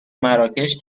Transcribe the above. مراکش